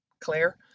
Claire